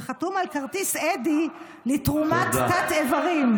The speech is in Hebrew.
וחתום על כרטיס אדי לתרומת תת-איברים.